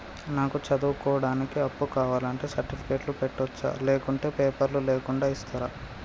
నాకు చదువుకోవడానికి అప్పు కావాలంటే సర్టిఫికెట్లు పెట్టొచ్చా లేకుంటే పేపర్లు లేకుండా ఇస్తరా?